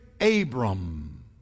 Abram